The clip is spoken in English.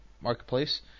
Marketplace